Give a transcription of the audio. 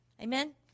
Amen